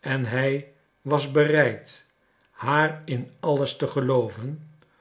en hij was bereid haar in alles te gelooven